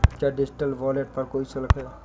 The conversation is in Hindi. क्या डिजिटल वॉलेट पर कोई शुल्क है?